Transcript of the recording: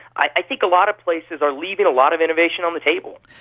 i think a lot of places are leaving a lot of innovation on the table.